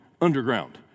underground